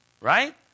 right